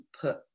put